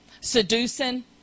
Seducing